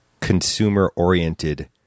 consumer-oriented